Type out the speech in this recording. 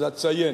אז אציין,